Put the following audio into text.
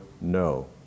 no